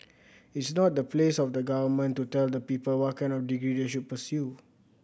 it's not the place of the Government to tell the people what kind of degree they should pursue